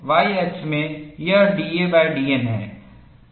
Y अक्ष में यह da dN है